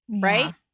Right